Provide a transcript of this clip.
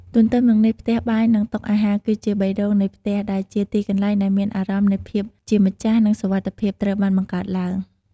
ទន្ទឹមនឹងនេះ ផ្ទះបាយ និងតុអាហារ គឺជា បេះដូងនៃផ្ទះ ដែលជាទីកន្លែងដែលអារម្មណ៍នៃភាពជាម្ចាស់ និង សុវត្ថិភាព ត្រូវបានបង្កើតឡើង។